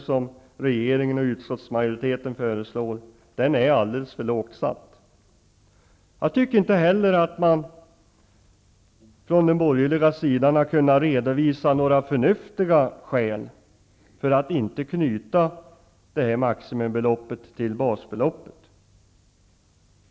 som regeringen och utskottsmajoriteten föreslår är alldeles för lågt satt. Man har inte heller från den borgerliga sidan kunnat redovisa några förnuftiga skäl för att inte knyta maximibeloppet till basbeloppet.